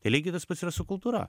lygiai tas pats yra su kultūra